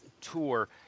tour